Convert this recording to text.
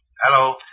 Hello